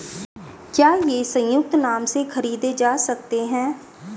क्या ये संयुक्त नाम से खरीदे जा सकते हैं?